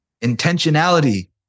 intentionality